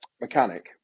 mechanic